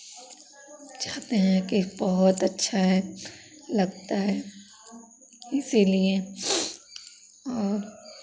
चाहते हैं कि बहुत अच्छा है लगता है इसीलिए और